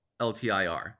LTIR